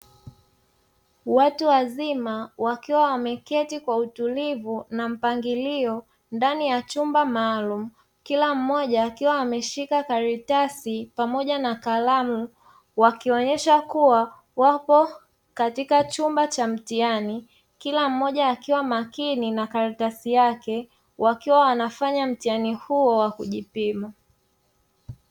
Watu wazima wakiwa wameketi kwa utulivu na mpangilio ndani ya chumba maalumu, kila mmoja akiwa ameshika karatasi pamoja na karamu wakionyesha kuwa wapo katika chumba cha mtihani, kila mmoja akiwa makini na karatasi yake wakiwa wanafanya mtihani huo wa kujipima.